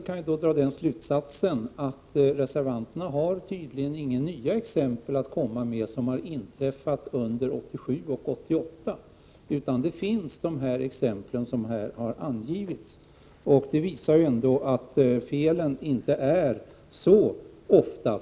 Härav kan man dra slutsatsen att reservanterna tydligen inte har några nya exempel från 1987 och 1988 att komma med, utan exemplen är de som redan har angivits. Detta visar ändå att felen inte förekommer så ofta.